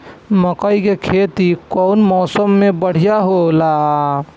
मकई के खेती कउन मौसम में बढ़िया होला?